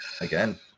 again